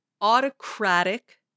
autocratic